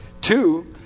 Two